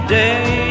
day